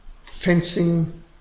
fencing